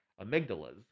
amygdalas